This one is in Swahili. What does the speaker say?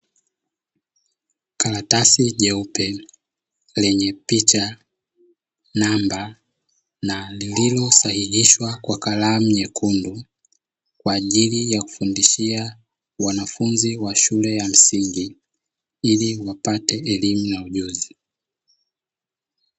Karatasi jeupe lenye picha, namba na lililosahihishwa kwa Kalamu nyekundu kwa ajili yakufundishia wanafunzi wa shule ya msingi ili wapate elimu na ujuzi.